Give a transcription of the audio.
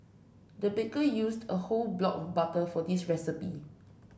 the baker used a whole block of butter for this recipe